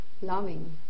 loving